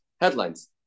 Headlines